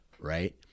right